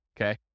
okay